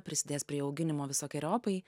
prisidės prie auginimo visokeriopai